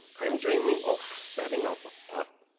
i'm dreaming of setting up up